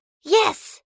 Yes